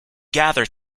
gather